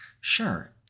Sure